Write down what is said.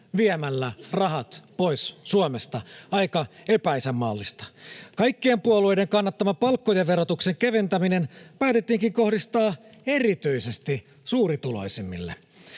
viemällä rahat pois Suomesta — aika epäisänmaallista. Kaikkien puolueiden kannattama palkkojen verotuksen keventäminen päätettiinkin kohdistaa erityisesti suurituloisimmille.